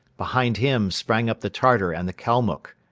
behind him sprang up the tartar and the kalmuck.